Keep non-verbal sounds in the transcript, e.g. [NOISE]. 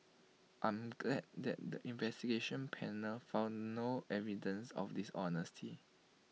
I'm glad that the [NOISE] investigation panel found no evidence of dishonesty